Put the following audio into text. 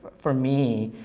for me,